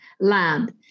land